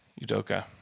Udoka